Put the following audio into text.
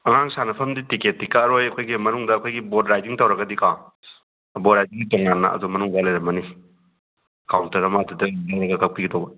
ꯑꯉꯥꯡ ꯁꯥꯟꯅꯐꯝꯗꯤ ꯇꯤꯛꯀꯦꯠꯇꯤ ꯀꯛꯑꯔꯣꯏ ꯑꯩꯈꯣꯏꯒꯤ ꯃꯅꯨꯡꯗ ꯑꯩꯈꯣꯏꯒꯤ ꯕꯣꯠ ꯔꯥꯏꯗꯤꯡ ꯇꯧꯔꯒꯗꯤꯀꯣ ꯕꯣꯠ ꯔꯥꯏꯗꯤꯡꯒꯤ ꯇꯣꯉꯥꯟꯅ ꯑꯗꯨꯝ ꯃꯅꯨꯡꯗ ꯑꯗꯨꯝ ꯂꯩꯔꯝꯃꯅꯤ ꯀꯥꯎꯟꯇꯔ ꯑꯃ ꯑꯗꯨꯗ ꯌꯦꯡꯉꯒ ꯀꯛꯄꯤꯒꯗꯧꯕ